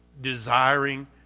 desiring